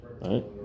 right